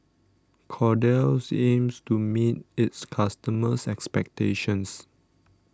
Kordel's aims to meet its customers' expectations